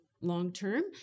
long-term